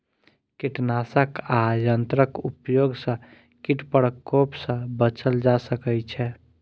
कीटनाशक आ यंत्रक उपयोग सॅ कीट प्रकोप सॅ बचल जा सकै छै